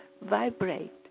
vibrate